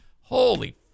Holy